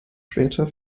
später